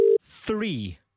three